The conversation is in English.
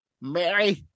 Mary